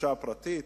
בחופשה פרטית.